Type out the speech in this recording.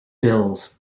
bills